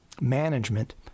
management